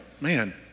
Man